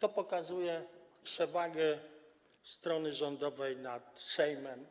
To pokazuje przewagę strony rządowej nad Sejmem,